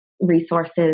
resources